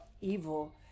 evil